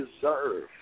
deserve